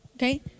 Okay